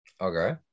Okay